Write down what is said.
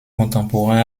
contemporain